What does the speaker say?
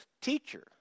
teacher